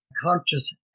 conscious